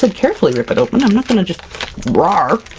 um carefully rip it open. i'm not going to just rawr!